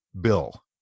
Bill